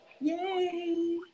Yay